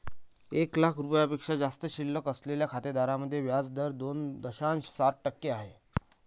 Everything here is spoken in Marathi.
एक लाख रुपयांपेक्षा जास्त शिल्लक असलेल्या खात्यांमध्ये व्याज दर दोन दशांश सात टक्के आहे